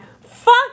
Fuck